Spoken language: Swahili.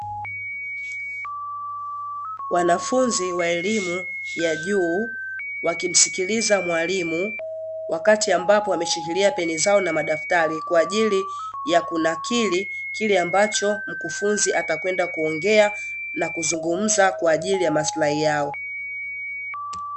Wanafunzi wa elimu ya juu wakimsikiliza mwalimu wakati ambapo wameshikilia peni zao na madaftari kwa ajili ya kunakili kile ambacho mkufunzi atakwenda kuongea na kuzungumza kwa ajili ya maslahi yao.